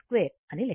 అని లెక్కించవచ్చు